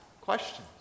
questions